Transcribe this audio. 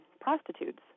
prostitutes